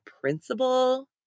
principal